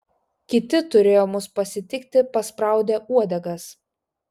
kiti turėjo mus pasitikti paspraudę uodegas